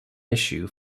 issue